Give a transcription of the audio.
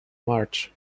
march